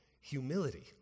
humility